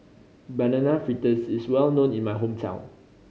Banana Fritters is well known in my hometown